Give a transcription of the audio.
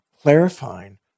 clarifying